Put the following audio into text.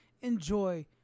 Enjoy